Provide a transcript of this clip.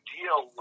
deal